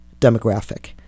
demographic